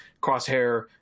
Crosshair